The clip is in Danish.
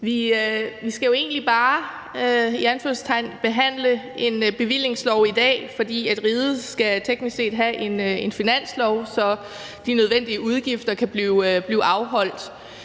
behandle et forslag til en bevillingslov i dag, for riget skal teknisk set skal have en finanslov, så de nødvendige udgifter kan blive afholdt.